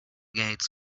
gates